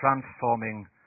transforming